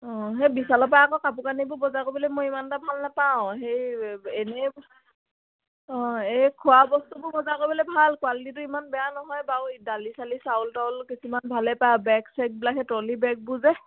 অঁ সেই বিশালৰ পৰা আকৌ কাপোৰ কানিবোৰ বজাৰ কৰিবলে মই ইমান এটা ভাল নেেপাওঁ সেই এনেই অঁ এই খোৱা বস্তুবোৰ বজাৰ কৰিবলে ভাল কোৱালিটিটো ইমান বেয়া নহয় বাৰু দালি চালি চাউল তাউল কিছুমান ভালে পায় বেগ চেগবিলাক সেই ট্ৰলি বেগবোৰ যে